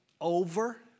over